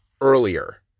earlier